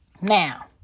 Now